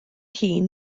hun